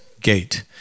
gate